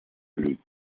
luxe